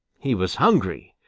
he was hungry.